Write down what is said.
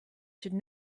should